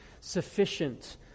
sufficient